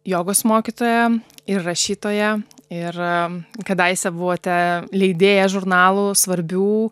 jogos mokytoja ir rašytoja ir kadaise buvote leidėja žurnalų svarbių